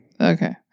Okay